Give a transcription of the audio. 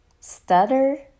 stutter